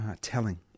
telling